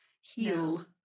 heal